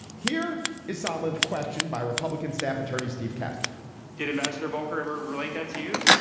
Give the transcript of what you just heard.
here is saarland questioned by republican staff attorney steve kastor did ambassador voelker ever relate that to you?